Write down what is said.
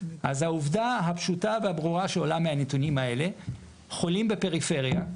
אז העובדה הפשוטה והברורה שעולה מהנתונים האלה היא שחולים בפריפריה,